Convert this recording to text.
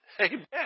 Amen